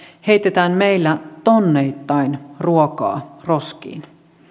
heitetään meillä tonneittain ruokaa roskiin